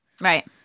Right